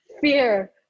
fear